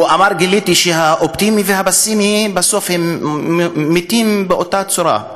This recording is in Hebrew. הוא אמר: גיליתי שהאופטימי והפסימי בסוף מתים באותה צורה,